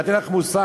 אין לך מושג.